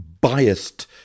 Biased